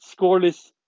scoreless